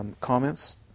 comments